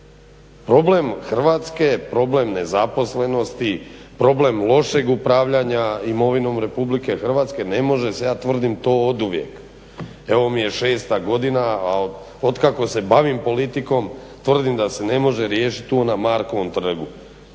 Problem Hrvatske, problem nezaposlenosti, problem lošeg upravljanja imovinom RH ne može se ja tvrdim to oduvijek, ovo mi je 6.godina a od kako se bavim politikom tvrdim da se ne može riješiti tu na Markovom trgu